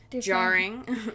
jarring